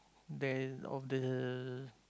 there of the